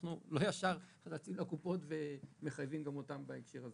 אנחנו לא ישר רצים לקופות ומחייבים גם אותן בהקשר הזה.